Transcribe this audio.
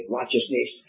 righteousness